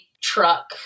truck